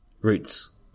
roots